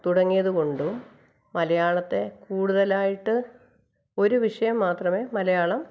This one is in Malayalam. തുടങ്ങിയതു കൊണ്ടും മലയാളത്തെ കൂടുതലായിട്ട് ഒരു വിഷയം മാത്രമേ മലയാളം